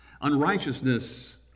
Unrighteousness